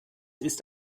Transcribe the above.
ist